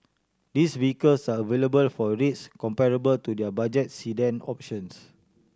these vehicles are available for rates comparable to their budget sedan options